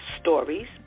stories